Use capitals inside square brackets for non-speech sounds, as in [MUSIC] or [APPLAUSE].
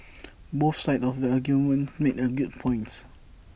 [NOISE] both sides of the argument make A good points